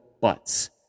Butts